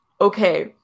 okay